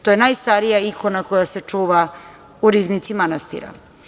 To je najstarija ikona koja se čuva u riznici manastira.